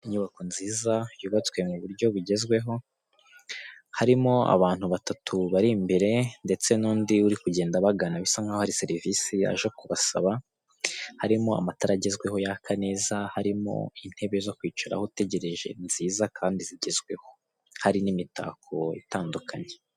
Inyubako nziza yubatswe mu buryo bugezweho, harimo abantu batatu bari imbere ndetse n'undi, uri kugenda bagana bisa nk'aho hari serivisi yaje kubasaba, harimo amatara agezweho yaka neza, harimo intebe zo kwicararaho, utegereje nziza kandi zigezweho hari n'imitako itandukanye.